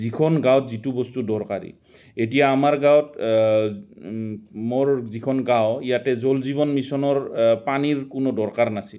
যিখন গাঁৱত যিটো বস্তু দৰকাৰী এতিয়া আমাৰ গাঁৱত মোৰ যিখন গাঁও ইয়াতে জল জীৱন মিছনৰ পানীৰ কোনো দৰকাৰ নাছিল